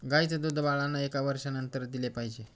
गाईचं दूध बाळांना एका वर्षानंतर दिले पाहिजे